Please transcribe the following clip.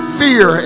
fear